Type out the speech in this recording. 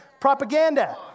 propaganda